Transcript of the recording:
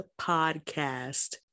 Podcast